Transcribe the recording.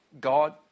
God